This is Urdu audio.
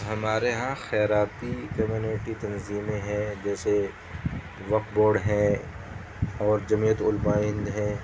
ہمارے یہاں خیراتی کمیونٹی تنظیمیں ہیں جیسے وقف بورڈ ہے اور جمیعۃ علماء ہند ہے